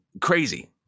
crazy